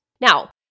Now